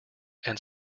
and